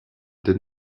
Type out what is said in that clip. did